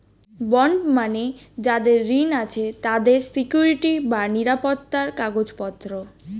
bond মানে যাদের ঋণ আছে তাদের জন্য সিকুইরিটি বা নিরাপত্তার কাগজপত্র